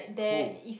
oh